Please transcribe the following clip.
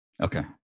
Okay